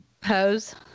pose